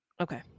Okay